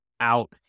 out